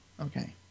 Okay